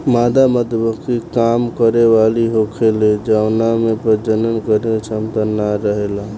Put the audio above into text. मादा मधुमक्खी काम करे वाली होखेले जवना में प्रजनन करे के क्षमता ना रहेला